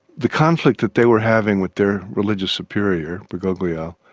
the conflict that they were having with their religious superior, bergoglio,